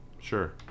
Sure